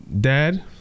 Dad